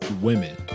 women